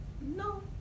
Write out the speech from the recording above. No